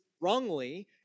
wrongly